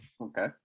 Okay